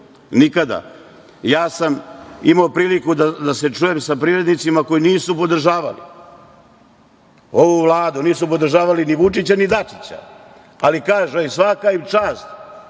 nikada. Ja sam imao priliku da se čujem sa privrednicima koji nisu podržavali ovu Vladu, nisu podržavali ni Vučića ni Dačića, ali kažu, svaka im čast,